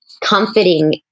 comforting